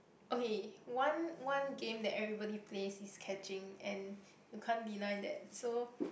okay one one game that everybody plays is catching and you can't deny that so